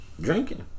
Drinking